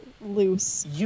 loose